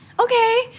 Okay